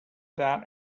that